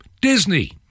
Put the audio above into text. Disney